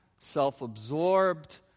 Self-absorbed